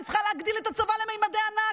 אני צריכה להגדיל את הצבא לממדי ענק.